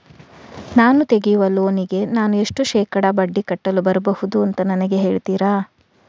ನಾನು ತೆಗಿಯುವ ಲೋನಿಗೆ ನಾನು ಎಷ್ಟು ಶೇಕಡಾ ಬಡ್ಡಿ ಕಟ್ಟಲು ಬರ್ಬಹುದು ಅಂತ ನನಗೆ ಹೇಳ್ತೀರಾ?